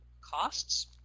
costs